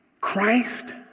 Christ